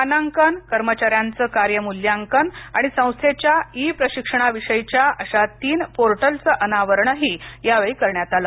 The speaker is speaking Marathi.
मानांकन कर्मचाऱ्यांचं कार्य मूल्यांकन आणि संस्थेच्या ई प्रशिक्षणाविषयीच्या अशा तीन पोर्टलचंही अनावरण यावेळी करण्यात आलं